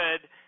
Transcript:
good